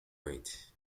rate